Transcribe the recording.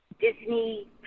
Disney